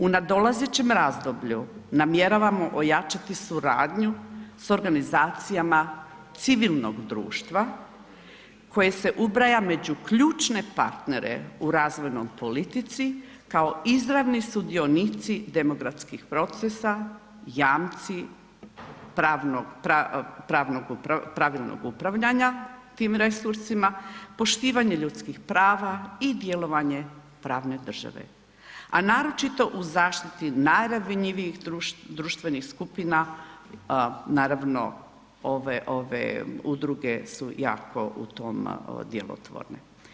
U nadolazećem razdoblju namjeravamo ojačati suradnju sa organizacijama civilnog društva koje se ubraja među ključne partnere u razvojnom politici kao izravni sudionici demokratskih procesa, jamci pravilnog upravljanja tim resursima, poštivanje ljudskih prava i djelovanje pravne države, a naročito u zaštiti najranjivijih društvenih skupina naravno ove, ove udruge su jako u tom djelotvorne.